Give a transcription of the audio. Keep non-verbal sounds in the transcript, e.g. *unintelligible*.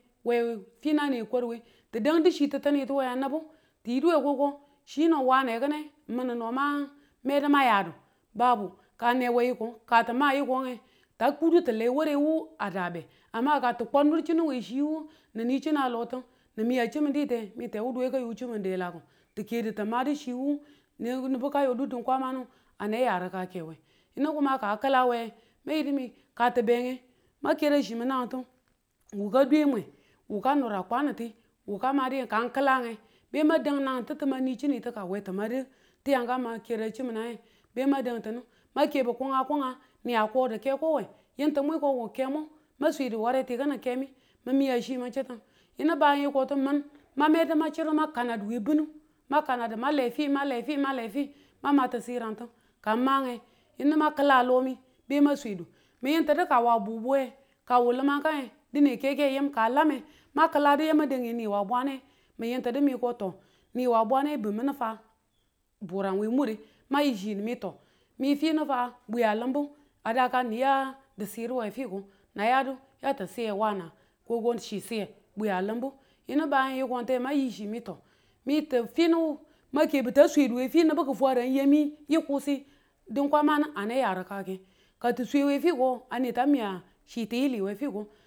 we finu ane kwar we ti dangdu chi titinituwe nibu ti yiduwe ko- ko chi no n ane kine n min no mang medu mang yadu *unintelligible* ka anewi yiko ka ti ma yikonge ta kudu ti le ware wu a dabe *unintelligible* ka kau nur chinu we chi wu ni chinu a lotu nin miya chmin n temuduwe ka yo chmin delaku ti kedu ti madu chi wu ka yodu din kwamanu ahe ya rikake we yinu *unintelligible* ma yidu mi ka ti benge mang kera chimin nangitu. Wu ka dwe mwai, wu ka nura kwanunti, wu ka madi yikan klange be na dan nange titi mani chi ni tu kang we ti madu ti ya ang ma kera chim minange e, be mang dang tinu mang kebu kunga kunga ni yadu ko ke we, yintu mu ko we e kemu mwan swedu ware ti kini kemi min miya chi man chitung yinu bangyi ko timun ma medu ma chidu ma kanaduwe dunu ma kanadu mangle fi, mangle fi, mangle fi, mang matu sirantu. Kang ma ye, yinu ma kla lo mi be ma swedu, mi yintudu ka wa bubuwe ka wu lumang ka ye, dine keke yim ka lame ma kladu yinu mang yeimi dane yi wa bwane, mi yintu di ne ko *unintelligible* ni wa bwane bun mini ga burang we mure ma yichi mi *unintelligible* mi finu fa bwiyu a limbu a dakan ni ya disiru we fiko, nang yadu yati siye wane ko ko ti siye ko bwiyu a limbu yinu *unintelligible* mang yi chimi *unintelligible* mang ti finu mang kebu ta sweduwe fi nibu ki fwaran yami yi kusi din kwamanu ane ya rikaki ka ti swe we fiko ane te miya chi tiyili we fiko